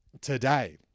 today